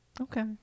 Okay